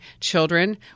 children